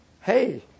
Hey